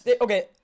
okay